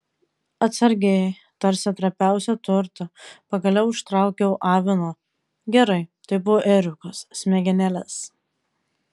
atsargiai tarsi trapiausią turtą pagaliau ištraukiau avino gerai tai buvo ėriukas smegenėles